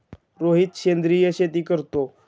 रोहित सेंद्रिय शेती करतो